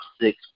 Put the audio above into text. six